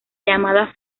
llamada